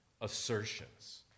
assertions